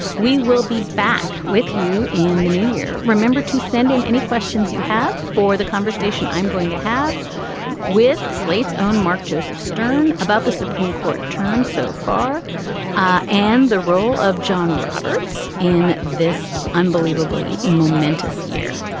we will be back with you in the new year. remember to send in any questions you have for the conversation i'm going to have with slate's own mark joseph stern about the supreme court term so far ah and the role of john roberts in this unbelievably momentous year.